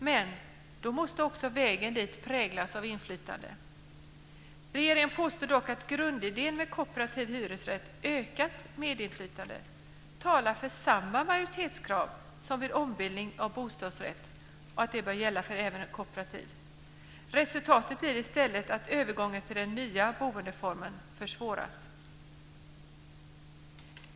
Men då måste också vägen dit präglas av inflytande. Regeringen påstår dock att grundidén med kooperativ hyresrätt - ökat medinflytande - talar för att samma majoritetskrav som vid ombildning av bostadsrätt bör gälla. Resultatet blir i stället att övergången till den nya boendeformen försvåras.